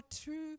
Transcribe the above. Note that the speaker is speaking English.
true